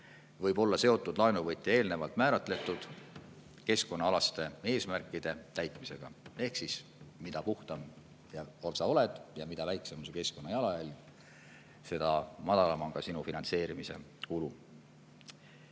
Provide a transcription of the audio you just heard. olla seotud laenuvõtja eelnevalt määratletud keskkonnaalaste eesmärkide täitmisega. Ehk siis mida puhtam sa oled ja mida väiksem on su keskkonnajalajälg, seda madalam on ka sinu finantseerimise kulu.